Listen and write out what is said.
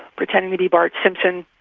pretending to be bart simpson,